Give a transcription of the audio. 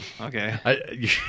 okay